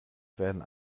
werden